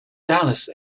dallas